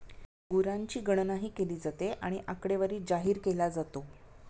गुरांची गणनाही केली जाते आणि आकडेवारी जाहीर केला जातो